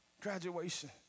Graduation